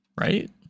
Right